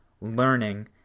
learning